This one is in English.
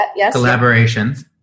collaborations